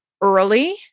early